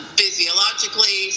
physiologically